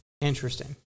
Interesting